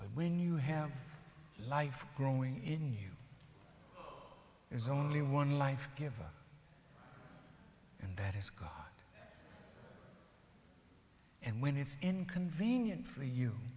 when you have life growing in you there's only one life giver and that is god and when it's inconvenient for you